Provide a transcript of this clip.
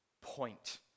point